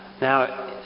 Now